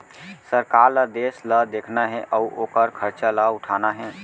सरकार ल देस ल देखना हे अउ ओकर खरचा ल उठाना हे